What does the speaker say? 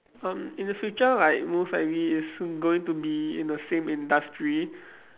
um in the future like most likely is going to be in the same industry